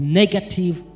negative